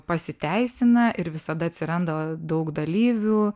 pasiteisina ir visada atsiranda daug dalyvių